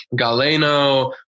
Galeno